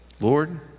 Lord